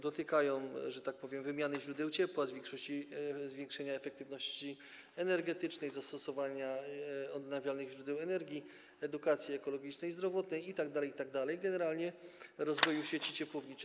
Dotykają, że tak powiem, kwestii wymiany źródeł ciepła, zwiększenia efektywności energetycznej, zastosowania odnawialnych źródeł energii, edukacji ekologicznej i zdrowotnej itd., itd., generalnie rozwoju sieci ciepłowniczej.